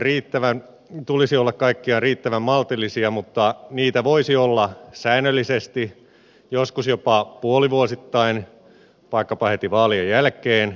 korotusten tulisi olla kaikkiaan riittävän maltillisia mutta niitä voisi olla säännöllisesti joskus jopa puolivuosittain vaikkapa heti vaalien jälkeen